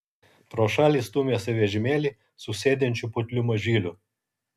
pro šalį stūmėsi vežimėlį su sėdinčiu putliu mažyliu